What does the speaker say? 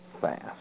fast